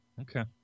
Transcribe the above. Okay